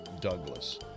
Douglas